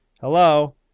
Hello